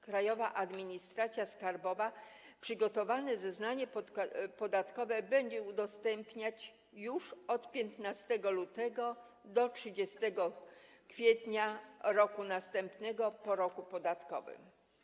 Krajowa Administracja Skarbowa przygotowane zeznanie podatkowe będzie udostępniać już od 15 lutego do 30 kwietnia roku następnego po roku podatkowym.